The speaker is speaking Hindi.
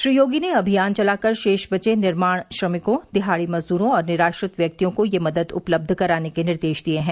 श्री योगी ने अभियान चलाकर शेष बचे निर्माण श्रमिकों दिहाड़ी मजदूरों और निराश्रित व्यक्तियों को यह मदद उपलब्ध कराने के निर्देश दिए हैं